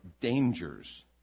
dangers